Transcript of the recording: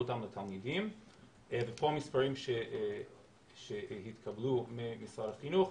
אותם לתלמידים ופה המספרים שהתקבלו ממשרד החינוך.